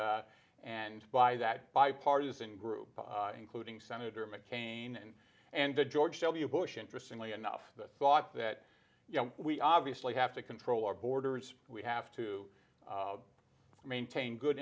and by that bipartisan group including senator mccain and and the george w bush interesting lee enough thought that you know we obviously have to control our borders we have to maintain good